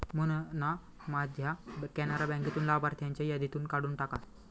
मोहनना माझ्या कॅनरा बँकेतून लाभार्थ्यांच्या यादीतून काढून टाका